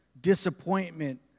disappointment